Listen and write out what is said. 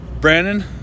Brandon